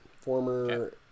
former